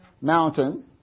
mountain